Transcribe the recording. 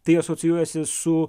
tai asocijuojasi su